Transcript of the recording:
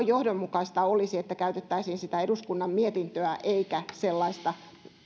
johdonmukaista olisi että käytettäisiin sitä eduskunnan mietintöä eikä sellaista